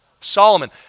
Solomon